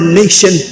nation